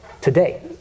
today